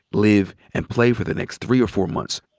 live, and play for the next three or four months.